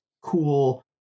cool